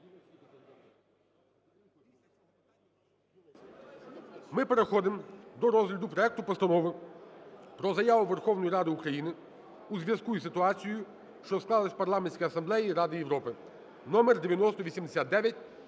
ми переходимо до розгляду проекту Постанови про Заяву Верховної Ради України у зв'язку із ситуацією, що склалася в Парламентській Асамблеї Ради Європи (№9089).